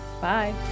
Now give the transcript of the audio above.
Bye